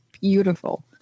beautiful